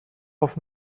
auf